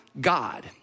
God